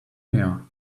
air